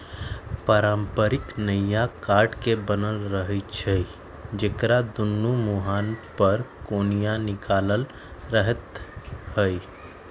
पारंपरिक नइया काठ के बनल रहै छइ जेकरा दुनो मूहान पर कोनिया निकालल रहैत हइ